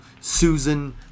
Susan